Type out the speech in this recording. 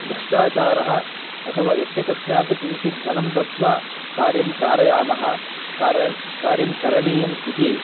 भ्रष्टाचारः अथवा यस्य कस्यापि किञ्चद्धनं दत्वा कार्यं कारयामः कार्यं कार्यं करणीयम् इति